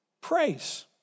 Praise